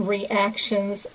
reactions